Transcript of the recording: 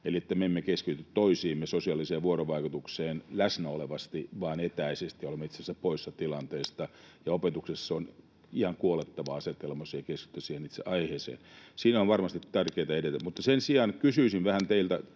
eli me emme keskity toisiimme, sosiaaliseen vuorovaikutukseen, läsnäolevasti vaan etäisesti. Olemme itse asiassa poissa tilanteesta, ja opetuksessa se on ihan kuolettava asetelma, jos ei keskitytä siihen itse aiheeseen. Siinä on varmasti tärkeää edetä. Mutta sen sijaan kysyisin vähän teiltä.